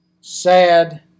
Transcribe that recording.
Sad